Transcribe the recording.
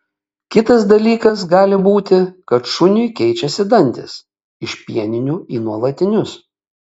kitas dalykas gali būti kad šuniui keičiasi dantys iš pieninių į nuolatinius